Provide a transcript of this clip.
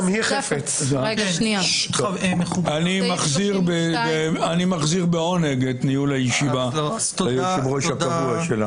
אני מחזיר בעונג את ניהול הישיבה ליושב ראש הקבוע.